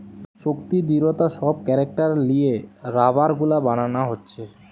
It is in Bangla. শক্তি, দৃঢ়তা সব ক্যারেক্টার লিয়ে রাবার গুলা বানানা হচ্ছে